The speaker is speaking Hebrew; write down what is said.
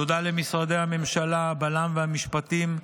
תודה למשרדי הממשלה, הבל"מ והמשפטים,